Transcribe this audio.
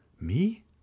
Me